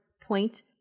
point